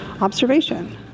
observation